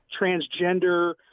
transgender